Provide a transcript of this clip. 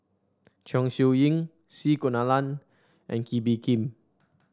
Chong Siew Ying C Kunalan and Kee Bee Khim